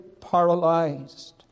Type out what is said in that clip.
paralyzed